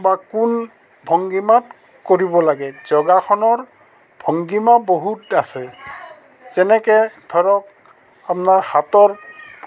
বা কোন ভংগীমাত কৰিব লাগে যোগাসনৰ ভংগীমা বহুত আছে যেনেকৈ ধৰক আপোনাৰ হাতৰ